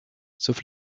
sauf